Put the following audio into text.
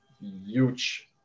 huge